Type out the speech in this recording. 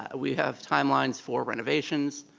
ah we have timelines for renovations.